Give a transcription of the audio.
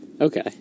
Okay